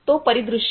तो परिदृश्य